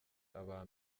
aba